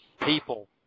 people